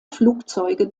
flugzeuge